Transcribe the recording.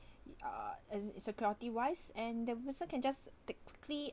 uh and is security-wise and the person can just ta~ click